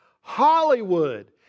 Hollywood